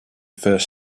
first